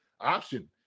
option